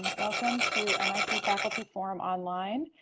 welcome to mit faculty forum online.